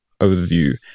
overview